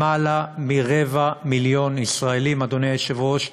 למעלה מרבע מיליון ישראלים, אדוני היושב-ראש,